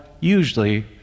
usually